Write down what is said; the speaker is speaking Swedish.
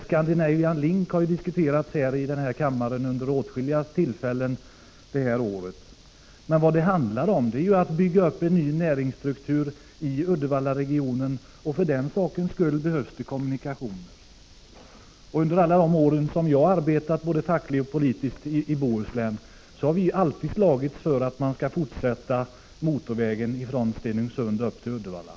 Scandinavian Link har diskuterats här i kammaren vid åtskilliga tillfällen under detta år, men vad det handlar om är att bygga upp en ny näringsstruktur i Uddevallaregionen, och för det ändamålet behövs det kommunikationer. Under alla de år som jag har arbetat fackligt och politiskt i Bohuslän har vi slagits för att motorvägen skall dras upp till Stenungsund och Uddevalla.